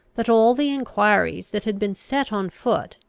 that all the enquiries that had been set on foot,